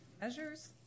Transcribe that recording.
measures